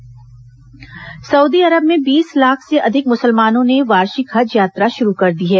हज यात्रा Saudi Arab में बीस लाख से अधिक मुसलमानों ने वार्षिक हज यात्रा शुरू कर दी है